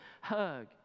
hug